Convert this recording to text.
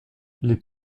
les